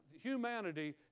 humanity